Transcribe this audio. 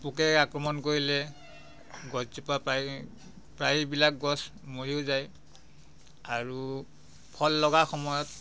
পোকে আক্ৰমণ কৰিলে গছজোপা প্ৰায় প্ৰায়বিলাক গছ মৰিও যায় আৰু ফল লগা সময়ত